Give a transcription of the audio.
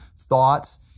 thoughts